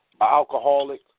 alcoholic